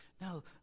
no